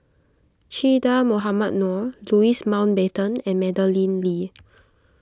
Che Dah Mohamed Noor Louis Mountbatten and Madeleine Lee